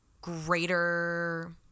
greater